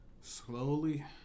slowly